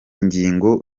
ingingo